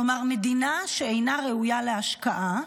כלומר מדינה שאינה ראויה להשקעה,